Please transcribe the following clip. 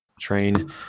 train